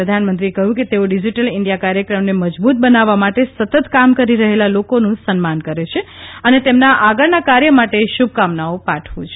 પ્રધાનમંત્રીએ કહ્યું છે કે તેઓ ડિજીટલ ઇન્ડિયા કાર્યક્રમને મજબૂત બનાવવા માટે સતત કામ કરી રહેલા લોકોનું સન્માન કરે છે અને તેમના આગળના કાર્ય માટે શુભકામનાઓ પાઠવું છું